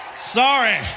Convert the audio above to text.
Sorry